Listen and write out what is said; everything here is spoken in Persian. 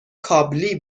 کابلی